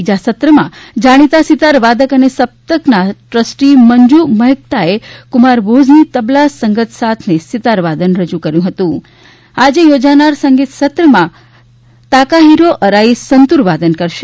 બીજા સત્રમાં જાણીતા સિતાર વાદક અને સપ્તકના ટ્રસ્ટી મંજુ મહેકતાએ કુમાર બોઝની તબલા સંગત સાથએ સિતારવાદન રજુ કર્યું હતું આજે યોજાનાર સંગીત સત્રમાં તાકાહિરો અરાઈ સંતુરવાદન કરશે